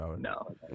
No